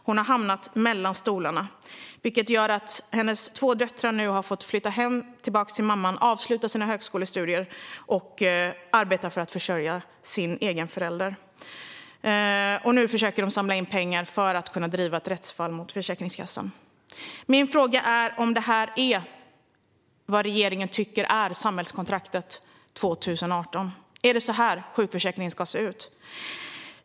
Hon har hamnat mellan stolarna, vilket gör att hennes två döttrar nu har fått flytta tillbaka hem till mamman, och de har fått avsluta sina högskolestudier för att arbeta för att försörja föräldern. Nu försöker de samla in pengar för att kunna driva ett rättsfall mot Försäkringskassan. Min fråga är om regeringen tycker att samhällskontraktet ska se ut så här 2018? Är det så här sjukförsäkringen ska se ut?